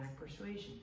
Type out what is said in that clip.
persuasion